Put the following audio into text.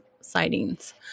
sightings